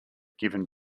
given